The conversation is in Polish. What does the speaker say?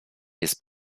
jest